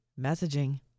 Messaging